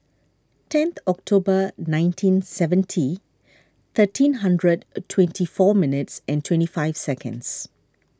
ten October nineteen seventy thirteen hundred twenty four minutes twenty five seconds